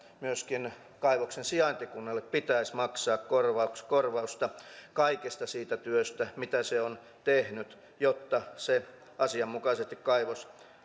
myöskin kaivoksen sijaintikunnalle pitäisi maksaa korvausta kaikesta siitä työstä mitä se on tehnyt jotta asianmukaisesti kaivos